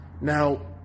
Now